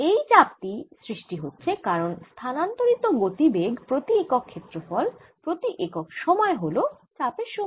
এই চাপ টি সৃষ্টি হচ্ছে কারণ স্থানান্তরিত গতিবেগ প্রতি একক ক্ষেত্রফল প্রতি একক সময় হল চাপের সমান